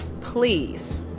please